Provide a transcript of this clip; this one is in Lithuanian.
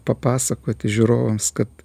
papasakoti žiūrovams kad